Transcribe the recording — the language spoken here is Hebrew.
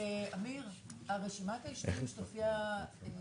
אמיר, רשימת היישובים שתופיע היא